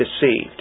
deceived